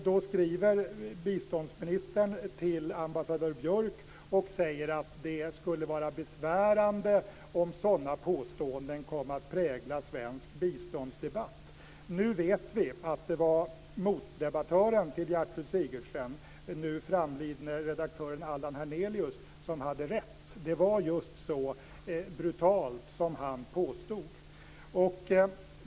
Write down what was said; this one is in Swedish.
Då skriver biståndsministern till ambassadör Björk och säger att det skulle vara besvärande om sådana påståenden kom att prägla svensk biståndsdebatt. Nu vet vi att det var motdebattören till Gertrud Sigurdsen, nu framlidne redaktören Allan Hernelius, som hade rätt. Det var just så brutalt som han påstod.